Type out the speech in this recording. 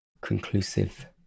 conclusive